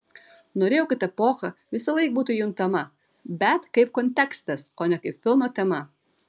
norėjau kad epocha visąlaik būtų juntama bet kaip kontekstas o ne kaip filmo tema